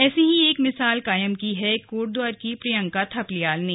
ऐसी ही एक मिसाल कायम की है कोटद्वार की प्रियंका थपलियाल ने